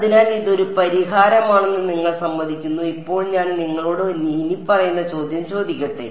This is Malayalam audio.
അതിനാൽ ഇതൊരു പരിഹാരമാണെന്ന് നിങ്ങൾ സമ്മതിക്കുന്നു ഇപ്പോൾ ഞാൻ നിങ്ങളോട് ഇനിപ്പറയുന്ന ചോദ്യം ചോദിക്കട്ടെ